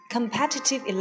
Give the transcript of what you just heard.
Competitive